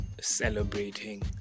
celebrating